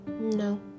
no